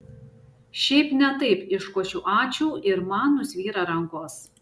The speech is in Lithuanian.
šiaip ne taip iškošiu ačiū ir man nusvyra rankos